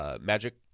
Magic